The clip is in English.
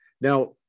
now